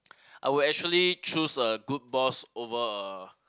I would actually choose a good boss over a